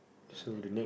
Indian ah